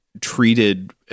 treated –